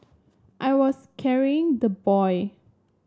I was carrying the boy